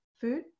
food